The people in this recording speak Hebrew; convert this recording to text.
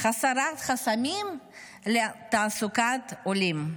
"הסרת חסמים לתעסוקת עולים".